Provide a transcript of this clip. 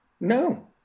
No